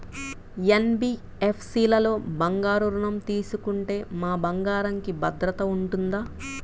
NBFC లలో బంగారు ఋణం తీసుకుంటే మా బంగారంకి భద్రత ఉంటుందా?